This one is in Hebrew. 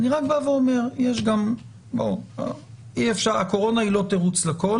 אני רק בא ואומר שהקורונה היא לא תירוץ לכול.